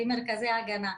למרכזי ההגנה.